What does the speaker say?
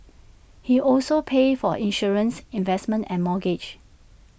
he also pays for insurance investments and mortgage